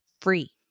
free